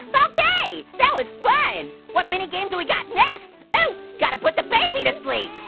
um okay, that was fun! what mini game do we got next? ooh, gotta put the baby to sleep!